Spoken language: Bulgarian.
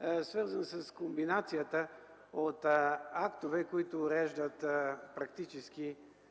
е свързан с комбинацията от актове, които уреждат практически